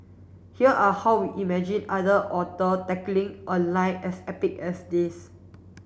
here are how we imagined other author tackling a line as epic as this